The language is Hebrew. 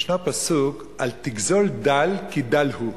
ישנו פסוק "אל תגזֹל דל כי דל הוא".